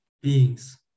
beings